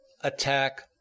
attack